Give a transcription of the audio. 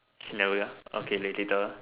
she never get okay later